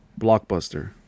Blockbuster